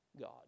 God